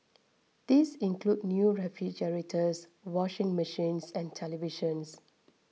these include new refrigerators washing machines and televisions